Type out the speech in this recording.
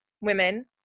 women